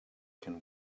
can